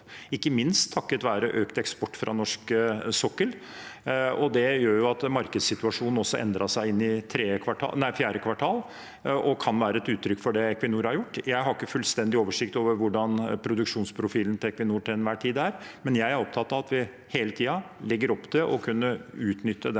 ikke minst takket være økt eksport fra norsk sokkel. Det gjorde også at markedssituasjonen endret seg inn i fjerde kvartal, og det kan være et uttrykk for det Equinor har gjort. Jeg har ikke fullstendig oversikt over hvordan produksjonsprofilen til Equinor til enhver tid er, men jeg er opptatt av at vi hele tiden legger opp til å kunne utnytte den